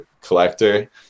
collector